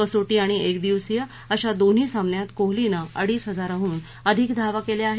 कसोटी आणि एकदिवसीय अशा दोन्ही सामन्यात कोहलीनं अडीच हजाराहून अधिक धावा केल्या आहेत